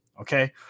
okay